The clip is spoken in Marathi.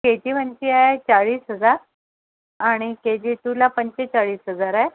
केजी वनची आहे चाळीस हजार आणि केजी टूला पंचेचाळीस हजार आहे